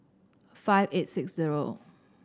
five eight six zero